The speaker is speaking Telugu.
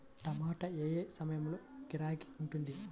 టమాటా ఏ ఏ సమయంలో గిరాకీ ఉంటుంది?